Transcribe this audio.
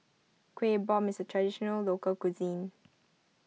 Kueh Bom is a Traditional Local Cuisine